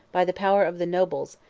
by the power of the nobles,